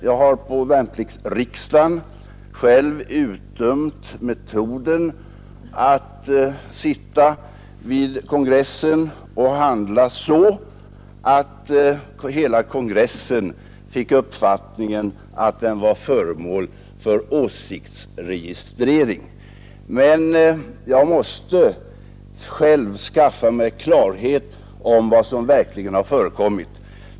Jag har på värnpliktsriksdagen själv utdömt metoden att sitta vid konferensen och handla så, att hela konferensen fick uppfattningen att den var föremål för åsiktsregistrering. Men jag måste själv skaffa mig klarhet om vad som verkligen har förekommit.